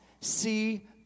see